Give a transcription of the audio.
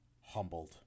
Humbled